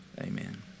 Amen